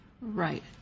Right